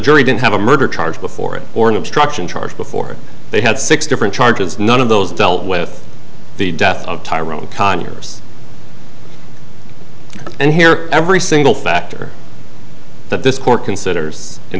jury didn't have a murder charge before or an obstruction charge before they had six different charges none of those dealt with the death of tyrone connors and here every single factor that this court considers in